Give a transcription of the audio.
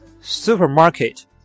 supermarket